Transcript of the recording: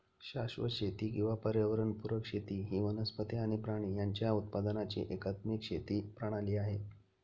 शाश्वत शेती किंवा पर्यावरण पुरक शेती ही वनस्पती आणि प्राणी यांच्या उत्पादनाची एकात्मिक शेती प्रणाली आहे